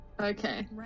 Okay